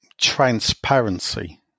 transparency